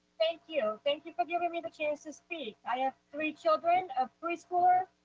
thank you. thank you for giving me the chance to speak. i have three children, a preschooler,